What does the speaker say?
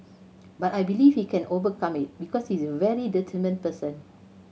but I believe he can overcome it because he is a very determined person